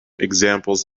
examples